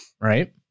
right